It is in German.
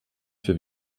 für